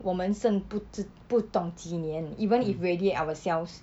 我们剩不知不懂几年 even if radiate our cells